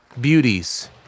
beauties